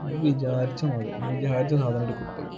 നമ്മൾ വിചാരിച്ച മാതിരി വിചാരിച്ച സാധനമായിട്ട് അത് കിട്ടുകയും